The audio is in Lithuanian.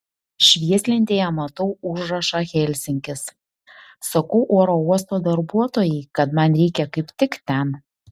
švieslentėje matau užrašą helsinkis sakau oro uosto darbuotojai kad man reikia kaip tik ten